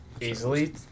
easily